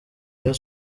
rayon